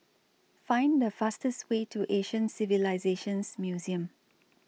Find The fastest Way to Asian Civilisations Museum